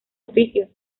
oficios